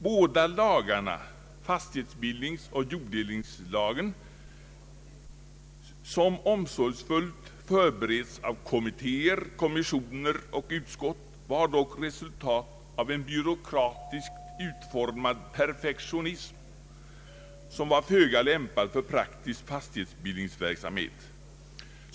Båda lagarna — fastighetsbildningsoch jorddelningslagen — som omsorgsfullt hade förberetts av kommittéer, kommissioner och utskott, var dock resultat av en byråkratiskt utformad perfektionism, som var föga lämpad för praktisk fastighetsbildningsverksamhet.